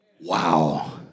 Wow